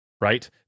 right